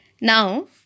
Now